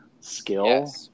skill